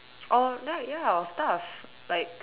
or like ya our stuff like